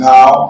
Now